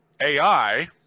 AI